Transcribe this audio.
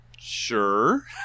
sure